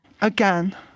Again